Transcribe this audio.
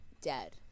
Dead